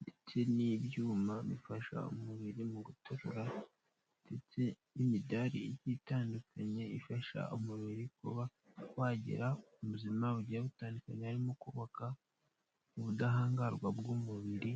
ndetse n'ibyuma bifasha umubiri mu gutobora ndetse n'imidari igiye itandukanye ifasha umubiri kuba wagera ubuzima bugiye butandukanye harimo kubaka ubudahangarwa bw'umubiri,